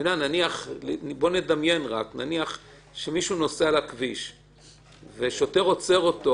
נניח שמישהו נוסע על הכביש ושוטר עוצר אותו